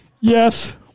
Yes